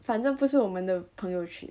反正不是我们的朋友圈